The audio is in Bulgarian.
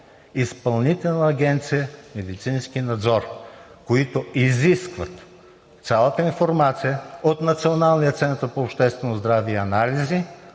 Изпълнителна агенция „Медицински надзор“, която изисква цялата информация от Националния център по обществено здраве и анализи,